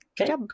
Okay